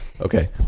okay